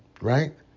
right